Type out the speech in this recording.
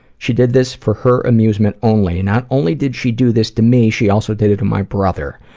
she did this for her amusement only. not only did she do this to me, she also did it to my brother.